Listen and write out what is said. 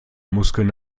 muskeln